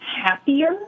Happier